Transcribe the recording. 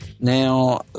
Now